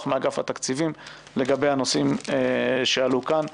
מאגף התקציבים לגבי הנושאים שעלו כאן.